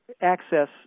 access